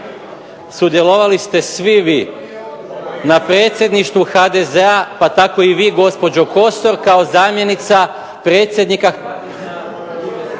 Sudjelovali ste svi vi, na Predsjedništvu HDZ-a pa tako i vi gospođo Kosor, kao zamjenica predsjednika